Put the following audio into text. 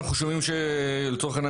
אנחנו שומעים שלצורך העניין,